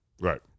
Right